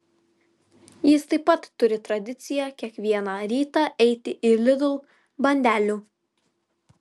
jis taip pat turi tradiciją kiekvieną rytą eiti į lidl bandelių